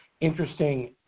interesting